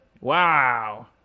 Wow